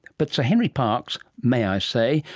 but sir henry parkes, may i say,